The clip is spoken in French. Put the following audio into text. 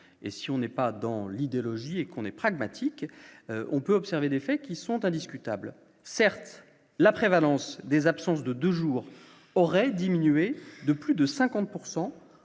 et si on n'est pas dans l'idéologie et qu'on est pragmatique, on peut observer des faits qui sont indiscutables, certes, la prévalence des absences de 2 jours aurait diminué de plus de 50